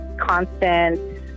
constant